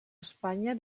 espanya